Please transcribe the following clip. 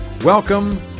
Welcome